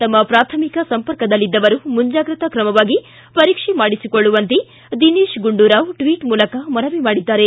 ತಮ್ನ ಪ್ರಾಥಮಿಕ ಸಂಪರ್ಕದಲ್ಲಿದ್ದವರು ಮುಂಜಾಗ್ರತಾ ಕ್ರಮವಾಗಿ ಪರೀಕ್ಷೆ ಮಾಡಿಸಿಕೊಳ್ಳುವಂತೆ ದಿನೇತ್ ಗುಂಡೂರಾವ್ ಟ್ವಿಟ್ ಮೂಲಕ ಮನವಿ ಮಾಡಿದ್ದಾರೆ